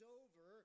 over